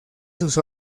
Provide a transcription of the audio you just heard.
sus